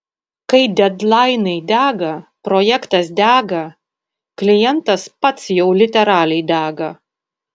kai dedlainai dega projektas dega klientas pats jau literaliai dega